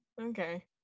okay